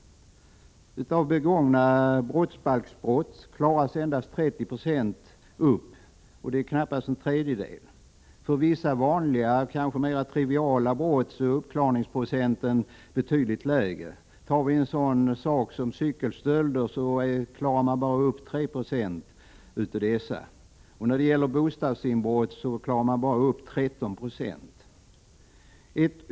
Av begångna brottsbalksbrott klaras endast 30 20 upp - knappast en tredjedel. För vissa vanliga, kanske mer triviala brott är uppklarningsprocenten betydligt lägre. Exempelvis klaras endast 3 70 av antalet cykelstölder upp. När det gäller bostadsinbrotten klarar man bara upp 13 4.